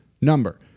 number